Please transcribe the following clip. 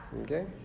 Okay